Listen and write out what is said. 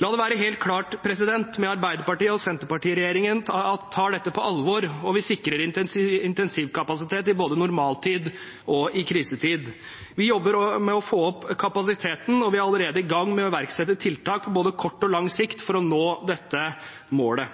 La det være helt klart: Arbeiderparti–Senterparti-regjeringen tar dette på alvor, og vi sikrer intensivkapasitet både i normaltid og i krisetid. Vi jobber med å få opp kapasiteten, og vi er allerede i gang med å iverksette tiltak på både kort og lang sikt for å nå dette målet.